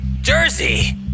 Jersey